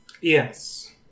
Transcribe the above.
Yes